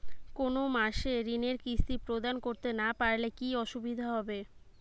কোনো মাসে ঋণের কিস্তি প্রদান করতে না পারলে কি অসুবিধা হবে?